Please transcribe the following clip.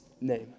name